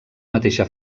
mateixa